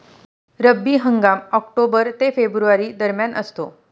रब्बी हंगाम ऑक्टोबर ते फेब्रुवारी दरम्यान असतो